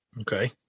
Okay